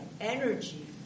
energy